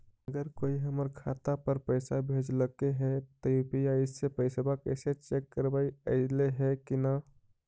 अगर कोइ हमर खाता पर पैसा भेजलके हे त यु.पी.आई से पैसबा कैसे चेक करबइ ऐले हे कि न?